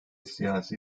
siyasi